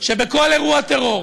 שבכל אירוע טרור,